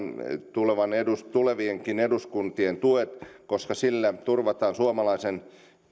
tulevienkin eduskuntien tuen koska niillä turvataan suomalaisen